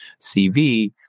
CV